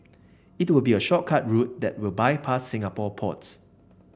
it will be a shortcut route that will bypass Singapore ports